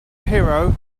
hero